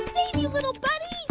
save you, little buddy